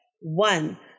One